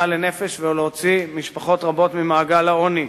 לנפש ולהוציא משפחות רבות ממעגל העוני.